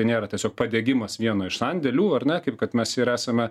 nėra tiesiog padegimas vieno iš sandėlių ar ne kaip kad mes ir esame